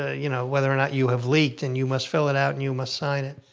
ah you know, whether or not you have leaked and you must fill it out and you must sign it.